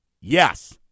Yes